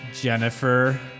Jennifer